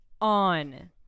on